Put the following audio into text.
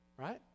Right